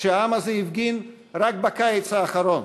שהעם הזה הפגין רק בקיץ האחרון.